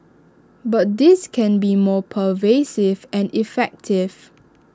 but this can be more pervasive and effective